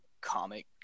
comic